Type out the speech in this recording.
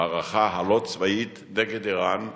המערכה הלא-צבאית נגד אירן החלה.